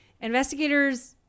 investigators